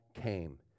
came